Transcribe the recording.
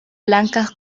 blancas